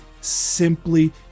simply